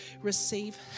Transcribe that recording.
Receive